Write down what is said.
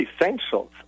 essentials